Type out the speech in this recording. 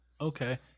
Okay